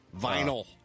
Vinyl